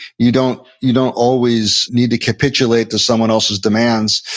you don't you don't always need to capitulate to someone else's demands.